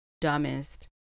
dumbest